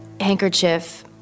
handkerchief